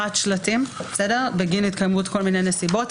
שלטים בגין התקיימות כל מיני נסיבות.